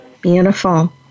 Beautiful